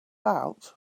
out